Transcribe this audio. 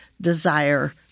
desire